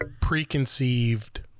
preconceived